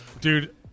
Dude